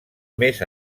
més